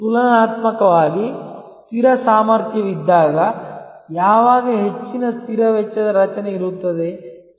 ತುಲನಾತ್ಮಕವಾಗಿ ಸ್ಥಿರ ಸಾಮರ್ಥ್ಯವಿದ್ದಾಗ ಯಾವಾಗ ಹೆಚ್ಚಿನ ಸ್ಥಿರ ವೆಚ್ಚದ ರಚನೆ ಇರುತ್ತದೆ